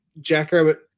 Jackrabbit